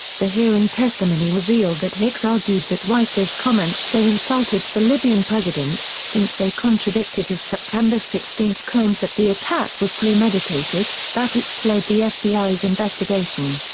the hearing testimony revealed that hicks argued that rice's comments so insulted the libyan president since they contradicted his sept. and sixteen claims that the attack was premeditated that it slowed the fbi's investigation.